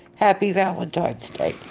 happy valentine's day.